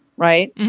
right.